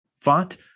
font